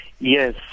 Yes